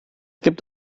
gibt